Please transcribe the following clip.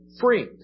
free